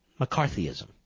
McCarthyism